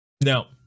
Now